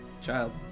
child